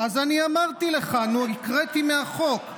אני אמרתי לך, קראתי מהחוק.